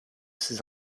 ses